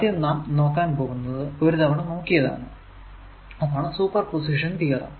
ആദ്യം നാം നോക്കാൻ പോകുന്നത് ഒരുതവണ നോക്കിയതാണ് അതാണ് സൂപ്പർ പൊസിഷൻ തിയറം